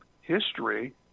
history